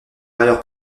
ailleurs